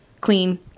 queen